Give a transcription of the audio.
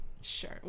Sure